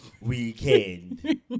weekend